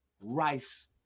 Rice